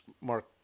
mark